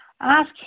Ask